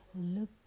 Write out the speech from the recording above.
look